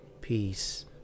peace